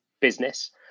business